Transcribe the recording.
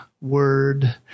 word